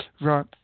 Right